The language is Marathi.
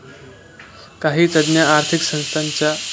काही तज्ञ आर्थिक संस्थांच्या जिनसीकरणाकडे कल देतात